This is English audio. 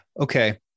Okay